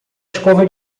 escova